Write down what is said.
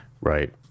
Right